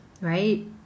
right